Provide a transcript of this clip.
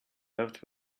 left